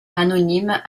anonyme